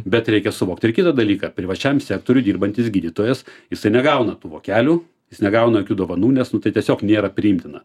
bet reikia suvokti ir kitą dalyką privačiam sektoriuj dirbantis gydytojas jisai negauna tų vokelių jis negauna jokių dovanų nes nu tai tiesiog nėra priimtina